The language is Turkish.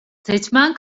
seçmen